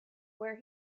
where